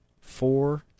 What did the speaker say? Four